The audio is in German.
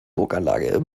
burganlage